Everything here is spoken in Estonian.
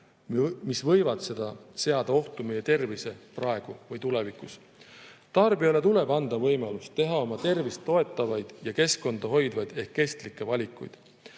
mis võivad seada ohtu meie tervise praegu või tulevikus. Tarbijale tuleb anda võimalus teha oma tervist toetavaid ja keskkonda hoidvaid ehk kestlikke valikuid.